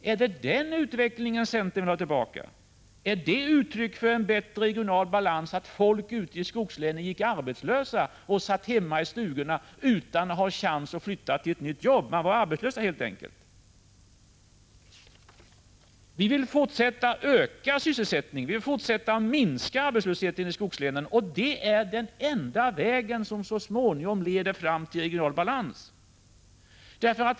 Är det den utvecklingen centern vill ha tillbaka? Var det uttryck för en bättre regional balans, att folk ute i skogslänen gick arbetslösa och satt hemma i stugorna utan chans att flytta till ett nytt arbete? Man var helt enkelt arbetslös. Vi vill fortsätta att öka sysselsättningen och minska arbetslösheten i skogslänen. Detta är den enda väg som så småningom leder fram till regional balans.